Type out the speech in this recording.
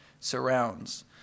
surrounds